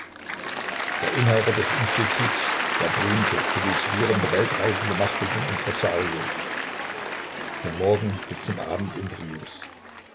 der inhaber des instituts der berühmte philosophierende weltreisende machte den impresario vom morgen bis zum abend interviews